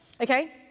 okay